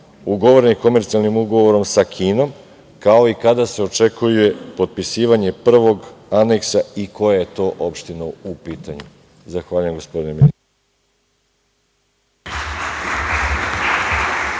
ugovorenih komercijalnim ugovorom sa Kinom, kao i kada se očekuje potpisivanje prvog aneksa i koja je to opština u pitanju? Zahvaljujem, gospodine ministre.